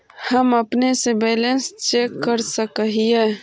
हम अपने से बैलेंस चेक कर सक हिए?